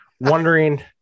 wondering